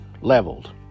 leveled